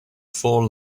four